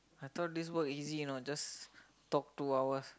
I thought this work easy you know just talk two hours